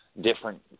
different